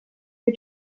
wir